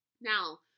Now